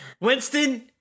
Winston